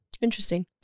Interesting